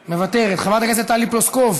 מוותרת, חברת הכנסת טלי פלוסקוב,